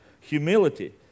humility